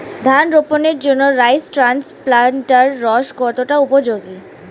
ধান রোপণের জন্য রাইস ট্রান্সপ্লান্টারস্ কতটা উপযোগী?